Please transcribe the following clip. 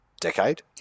decade